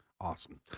Awesome